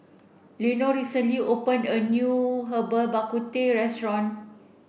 Leonor recently opened a new Herbal Bak Ku Teh restaurant